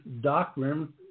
doctrine